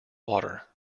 water